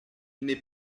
n’est